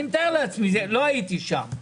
אני מתאר לעצמי, לא הייתי שם.